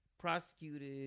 prosecuted